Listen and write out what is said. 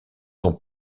son